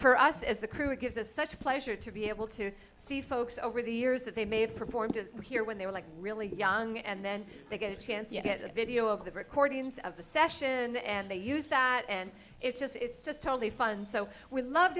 for us as a crew it gives us such pleasure to be able to see folks over the years that they may have performed here when they were really young and then they get a chance you get a video of the recordings of the session and they use that and it's just it's just totally fun so we love